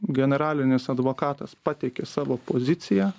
generalinis advokatas pateikė savo poziciją